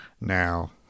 now